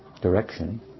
direction